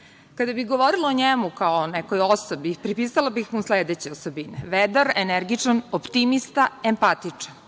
ima. Kada bi govorila o njemu kao o nekoj osobi pripisala bih mu sledeće osobine: vedar, energičan, optimista, empatičan.